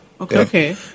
Okay